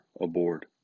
aboard